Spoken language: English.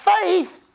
faith